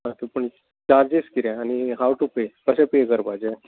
आतां पूण चार्जीस कितें आनी हाव टू पे कशे पे करपाचे